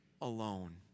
alone